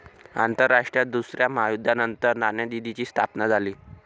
आंतरराष्ट्रीय दुसऱ्या महायुद्धानंतर नाणेनिधीची स्थापना झाली